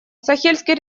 сахельский